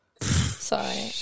Sorry